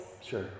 Sure